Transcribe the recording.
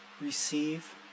receive